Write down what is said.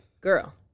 girl